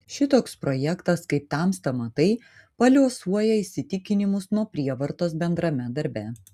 šitoks projektas kaip tamsta matai paliuosuoja įsitikinimus nuo prievartos bendrame darbe